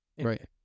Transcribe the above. Right